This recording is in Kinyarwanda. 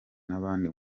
n’abandi